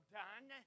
done